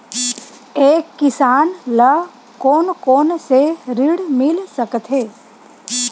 एक किसान ल कोन कोन से ऋण मिल सकथे?